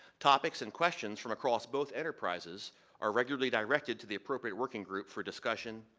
topics and questions from across both enterprises are regularly direct ed to the appropriate working group for discussion,